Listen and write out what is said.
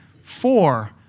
four